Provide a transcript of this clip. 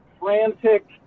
frantic